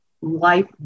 life